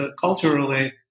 Culturally